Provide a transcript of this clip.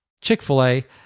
Chick-fil-A